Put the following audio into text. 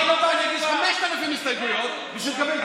בפעם הבאה אני אגיש 5,000 הסתייגויות בשביל לקבל,